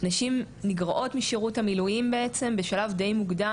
נשים נגרעות משירות המילואים בעצם בשלב די מוקדם,